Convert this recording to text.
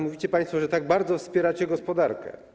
Mówicie państwo, że tak bardzo wspieracie gospodarkę.